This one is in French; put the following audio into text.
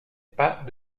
pas